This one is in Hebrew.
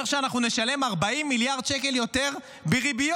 שאנחנו נשלם 40 מיליארד שקל יותר בריביות.